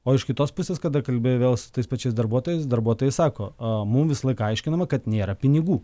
o iš kitos pusės kada kalbėjo vėl su tais pačiais darbuotojais darbuotojai sako mum visą laiką aiškinama kad nėra pinigų